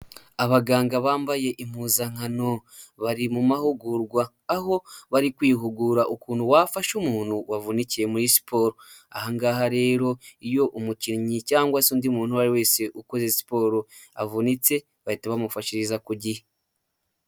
Abaganga bambaye impuzankano, bari mu mahugurwa. Aho bari kwihugura ukuntu wafasha umuntu wavunikiye muri siporo. Aha ngaha rero, iyo umukinnyi cyangwa se undi muntu ari wese ukoze siporo avunitse, bahita bamufashiriza ku gihe.